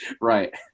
Right